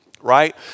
right